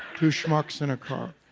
two schmucks in a car.